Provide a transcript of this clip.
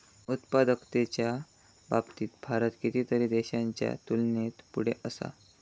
उत्पादकतेच्या बाबतीत भारत कितीतरी देशांच्या तुलनेत पुढे असा